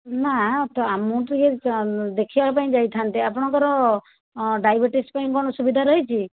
ନା ତ ଆମେ ତ ଦେଖିବା ପାଇଁ ଯାଇଥାନ୍ତେ ଆପଣଙ୍କର ଅଁ ଡାଇବେଟିସ୍ ପାଇଁ କ'ଣ ସୁବିଧା ରହିଛି